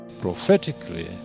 Prophetically